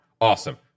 Awesome